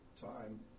time